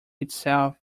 itself